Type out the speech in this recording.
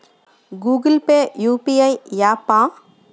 Google Pay UPI య్యాపా?